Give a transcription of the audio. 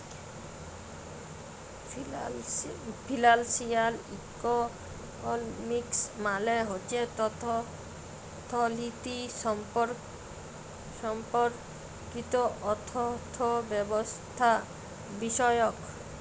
financial economics মালে হছে অথ্থলিতি সম্পর্কিত অথ্থব্যবস্থাবিষয়ক